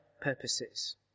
purposes